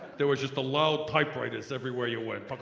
there was just loud typewriters everywhere you went.